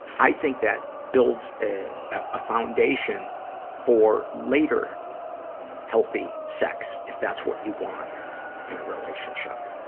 i think that builds, ah, a foundation for later healthy sex, if that's what you want in a relationship.